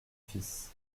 fils